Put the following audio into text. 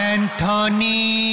Anthony